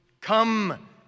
Come